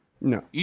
No